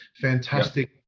fantastic